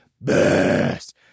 Best